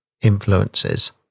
influences